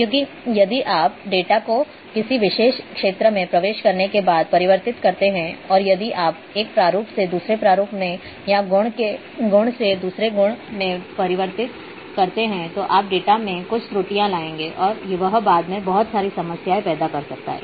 क्योंकि यदि आप डेटा को किसी विशेष क्षेत्र में प्रवेश करने के बाद परिवर्तित करते हैं और यदि आप एक प्रारूप से दूसरे प्रारूप में या एक गुण से दूसरे गुण में परिवर्तित करते हैं तो आप डेटा में कुछ त्रुटियां लाएंगे और वह बाद में बहुत सारी समस्याएं पैदा कर सकता है